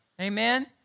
Amen